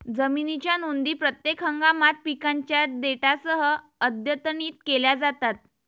जमिनीच्या नोंदी प्रत्येक हंगामात पिकांच्या डेटासह अद्यतनित केल्या जातात